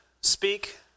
speak